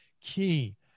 key